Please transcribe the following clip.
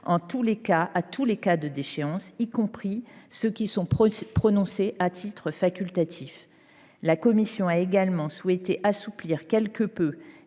à tous les cas de déchéance, y compris ceux qui sont prononcés à titre facultatif. La commission a également souhaité assouplir quelque peu